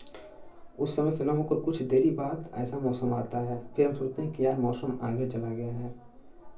उस समय से ना होकर कुछ देरी बाद ऐसा मौसम आता है फिर हम सोचते हैं कि यार मौसम आगे चला गया है